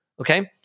Okay